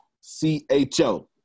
C-H-O